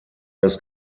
das